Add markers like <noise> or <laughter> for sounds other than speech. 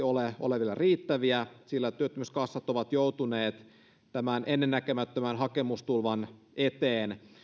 <unintelligible> ole vielä riittäviä sillä työttömyyskassat ovat joutuneet tämän ennennäkemättömän hakemustulvan eteen